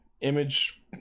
image